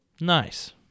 Nice